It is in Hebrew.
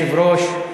אדוני היושב-ראש,